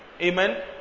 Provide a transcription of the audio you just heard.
Amen